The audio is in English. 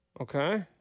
Okay